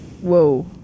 Whoa